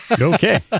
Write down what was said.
Okay